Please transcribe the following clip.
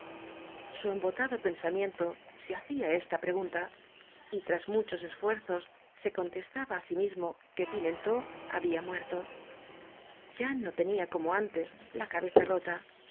muerto su embotadopensamiento se hacía esta pregunta y tras muchos esfuerzos se contestaba á sí mismo que pimentó había muerto ya no tenía como antes la cabeza rota